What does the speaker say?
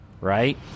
Right